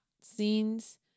scenes